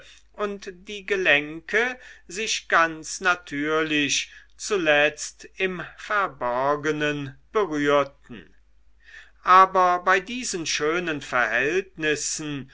und die gelenke sich ganz natürlich zuletzt im verborgnen berührten aber bei diesen schönen verhältnissen